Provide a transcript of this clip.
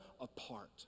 apart